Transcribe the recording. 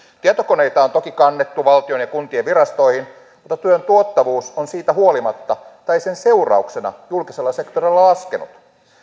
tietokoneita on toki kannettu valtion ja kuntien virastoihin mutta työn tuottavuus on siitä huolimatta tai sen seurauksena julkisella sektorilla laskenut